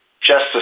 Justice